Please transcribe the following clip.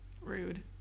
Rude